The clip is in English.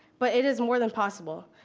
but it is more than possible,